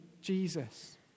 Jesus